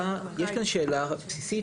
יש כאן שאלה בסיסית,